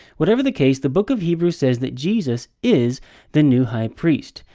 whatever the case, the book of hebrews says that jesus is the new high priest,